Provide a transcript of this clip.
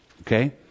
Okay